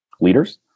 leaders